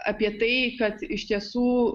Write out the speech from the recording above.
apie tai kad iš tiesų